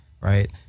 right